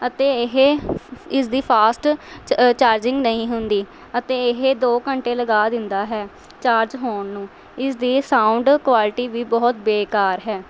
ਅਤੇ ਇਹ ਇਸਦੀ ਫਾਸਟ ਚ ਚਾਰਜਿੰਗ ਨਹੀਂ ਹੁੰਦੀ ਅਤੇ ਇਹ ਦੋ ਘੰਟੇ ਲਗਾ ਦਿੰਦਾ ਹੈ ਚਾਰਜ ਹੋਣ ਨੂੰ ਇਸਦੀ ਸਾਊਂਡ ਕੁਆਲਿਟੀ ਵੀ ਬਹੁਤ ਬੇਕਾਰ ਹੈ